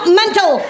mental